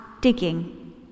digging